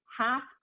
half